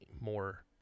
more